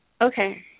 Okay